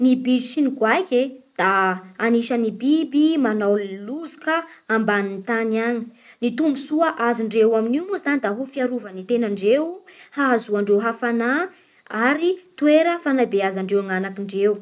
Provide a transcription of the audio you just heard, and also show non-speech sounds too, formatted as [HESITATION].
Ny bizy sy ny goaike da [HESITATION] anisan'ny biby manao lozoka ambanin'ny tany agny. Ny tombontsoa azondreo amin'io moa zany da ho fiarovany tenandreo, hahazoandreo hafanà ary toera fanabeazandreo gn anakindreo.